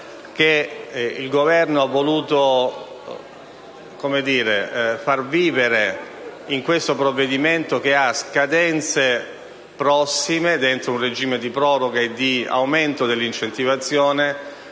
il Governo ha voluto attribuire a questo provvedimento dalle scadenze prossime, dentro un regime di proroga e di aumento dell'incentivazione,